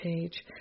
page